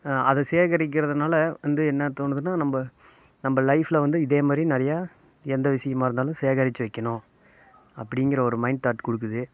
அதை சேகரிக்கிறதனால வந்து என்ன தோணுதுன்னால் நம்ம நம்ம லைஃப்ல வந்து இதேமாதிரி நிறையா எந்த விஷயமா இருந்தாலும் சேகரித்து வைக்கணும் அப்படிங்கிற ஒரு மைண்ட் தாட் கொடுக்குது